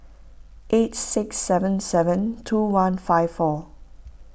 eight six seven seven two one five four